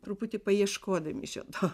truputį paieškodami šio to